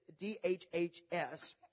DHHS